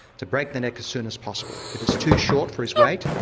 to break the neck as soon as possible. if it's too short for his weight,